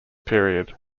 period